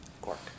Quark